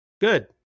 Good